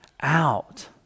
out